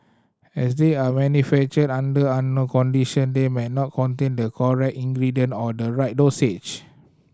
as they are manufactured under unknown condition they may not contain the correct ingredientor the right dosage